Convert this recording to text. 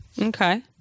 Okay